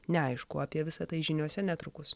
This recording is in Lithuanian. neaišku apie visa tai žiniose netrukus